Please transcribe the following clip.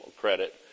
credit